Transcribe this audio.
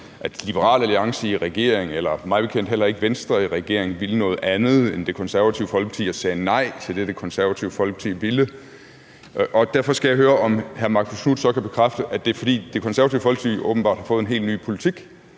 at Liberal Alliance i regeringen og mig bekendt heller ikke Venstre i regeringen ville noget andet end Det Konservative Folkeparti og sagde nej til det, Det Konservative Folkeparti ville. Derfor skal jeg høre, om hr. Marcus Knuth så kan bekræfte, at det er, fordi Det Konservative Folkeparti åbenbart har fået en helt ny politik,